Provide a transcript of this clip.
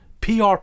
PR